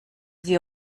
sie